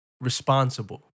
responsible